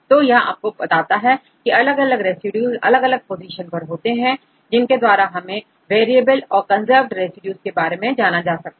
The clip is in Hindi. तो यह आपको यह बताता है की अलग अलग रेसिड्यूज अलग अलग पोजीशन पर होते हैं जिनके द्वारा हमें वेरिएबल और कंजर्व्ड रेसिड्यूज के बारे में जाना जा सकता है